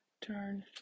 Turn